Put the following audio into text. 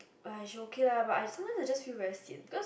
but she okay lah but sometime I feel very sian because